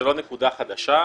זה לא דבר חדש,